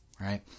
Right